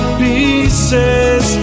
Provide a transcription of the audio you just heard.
pieces